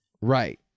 Right